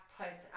put